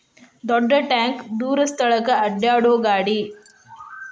ದೊಡ್ಡ ಟ್ಯಾಂಕ ದೂರ ಸ್ಥಳಕ್ಕ ಅಡ್ಯಾಡು ಗಾಡಿ